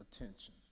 attention